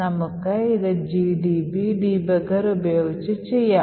നമുക്ക് ഇത് GDB debugger ഉപയോഗിച്ച് ഇത് ചെയ്യാം